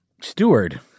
Steward